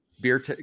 beer